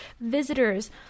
visitors